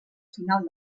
final